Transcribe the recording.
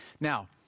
Now